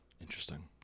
Interesting